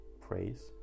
praise